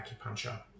acupuncture